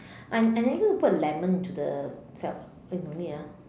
and and then are you going to put a lemon into the kelp eh don't need ah